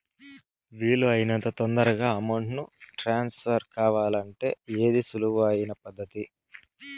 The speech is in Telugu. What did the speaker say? వీలు అయినంత తొందరగా అమౌంట్ ను ట్రాన్స్ఫర్ కావాలంటే ఏది సులువు అయిన పద్దతి